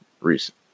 recent